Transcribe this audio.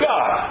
God